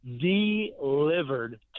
delivered